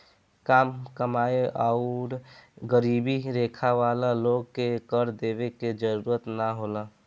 काम कमाएं आउर गरीबी रेखा वाला लोग के कर देवे के जरूरत ना होला